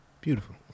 Beautiful